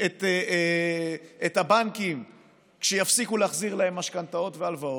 את הבנקים כשיפסיקו להחזיר להם משכנתאות והלוואות.